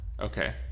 Okay